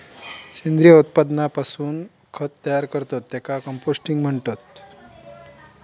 सेंद्रिय उत्पादनापासून खत तयार करतत त्येका कंपोस्टिंग म्हणतत